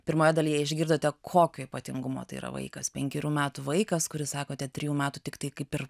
pirmoje dalyje išgirdote kokio ypatingumo tai yra vaikas penkerių metų vaikas kuris sakote trijų metų tiktai kaip ir